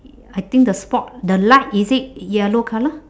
I think the spot the light is it yellow colour